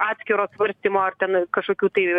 atskiro svarstymo ar ten kašokių tai